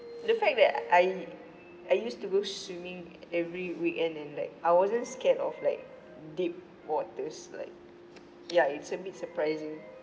the fact that I I used to go swimming every weekend and like I wasn't scared of like deep waters like ya it's a bit surprising